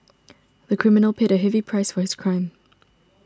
the criminal paid a heavy price for his crime